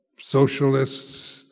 socialists